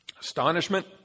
Astonishment